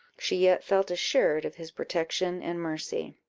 she yet felt assured of his protection and mercy.